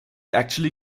actually